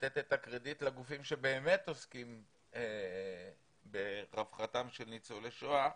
לתת את הקרדיט לגופים שבאמת עוסקים ברווחתם של ניצולי שואה,